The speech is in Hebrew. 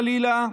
חלילה,